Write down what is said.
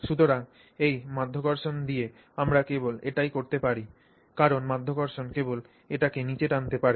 সুতরাং এই মাধ্যাকর্ষণ দিয়ে আমরা কেবল এটিই করতে পারি কারণ মাধ্যাকর্ষণ কেবল এটিকে নিচে টানতে পারে